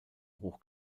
hoch